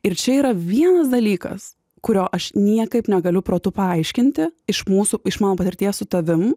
ir čia yra vienas dalykas kurio aš niekaip negaliu protu paaiškinti iš mūsų iš mano patirties su tavim